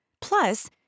Plus